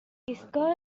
ایستگاه